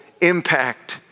impact